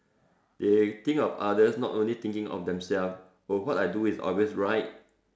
they think of others not only thinking of themselves oh what I do is always right